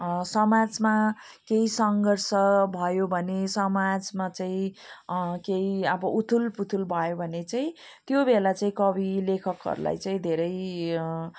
समाजमा केही सङ्घर्ष भयो भने समाजमा चाहिँ केही अब उथलपुथल भयो भने चाहिँ त्यो बेला चाहिँ कवि लेखकहरूलाई चाहिँ धेरै